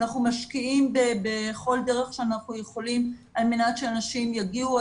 אנחנו משקיעים בכל דרך שאנחנו יכולים על מנת שאנשים יגיעו,